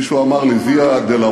מישהו אמר לי: ויה דולורוזה.